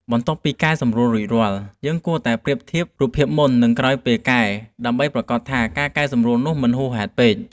បន្ទាប់ពីកែសម្រួលរួចរាល់ យើងគួរតែធ្វើការប្រៀបធៀបរូបភាពមុន និងក្រោយពេលកែ ដើម្បីប្រាកដថាការកែសម្រួលនោះមិនហួសហេតុពេក។